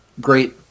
great